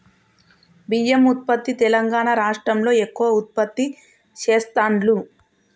బియ్యం ఉత్పత్తి తెలంగాణా రాష్ట్రం లో ఎక్కువ ఉత్పత్తి చెస్తాండ్లు